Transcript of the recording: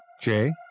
Jay